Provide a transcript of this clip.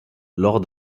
lors